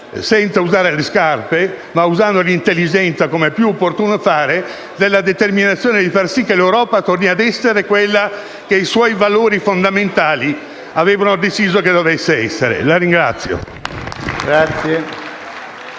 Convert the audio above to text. (senza usare le scarpe, ma usando l'intelligenza, come è più opportuno fare) di far sì che l'Europa torni ad essere quella che i suoi valori fondamentali avevano deciso dovesse essere. *(Applausi